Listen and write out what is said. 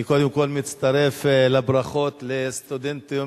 אני קודם כול מצטרף לברכות לסטודנטים